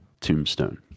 Tombstone